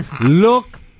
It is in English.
Look